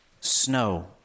snow